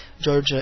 George